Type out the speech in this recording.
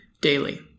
daily